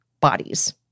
bodies